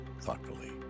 thoughtfully